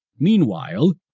meanwhile,